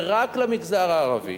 ורק למגזר הערבי,